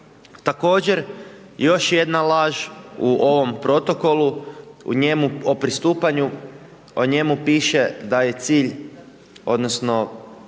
Također, još jedna laž u ovom Protokolu o pristupanju, o njemu piše da je cilj, odnosno